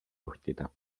juhtida